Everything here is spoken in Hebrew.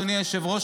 אדוני היושב-ראש,